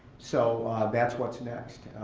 so that's what's next.